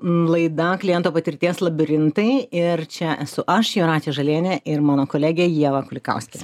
laida kliento patirties labirintai ir čia esu aš jūratė žalienė ir mano kolegė ieva kulikauskienė